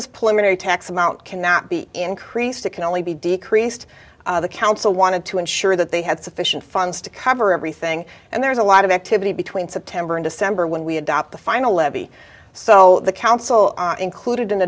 plenary tax amount cannot be increased it can only be decreased the council wanted to ensure that they had sufficient funds to cover everything and there's a lot of activity between september and december when we adopt the final levy so the council included